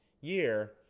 year